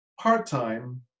part-time